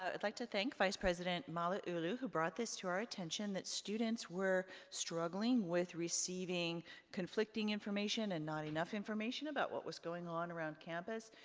ah i'd like to thank vice-president malauulu, who brought this to our attention, that students were struggling with receiving conflicting information, and not enough information, about what was going on around campus.